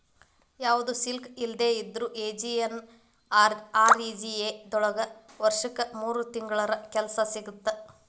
ಯಾವ್ದು ಸ್ಕಿಲ್ ಇಲ್ದೆ ಇದ್ರೂ ಎಂ.ಜಿ.ಎನ್.ಆರ್.ಇ.ಜಿ.ಎ ದೊಳಗ ವರ್ಷಕ್ ಮೂರ್ ತಿಂಗಳರ ಕೆಲ್ಸ ಸಿಗತ್ತ